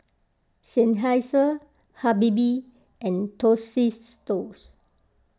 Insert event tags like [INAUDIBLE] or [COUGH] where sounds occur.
Seinheiser Habibie and [UNINTELLIGIBLE]